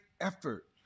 effort